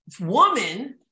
woman